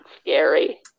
scary